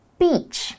beach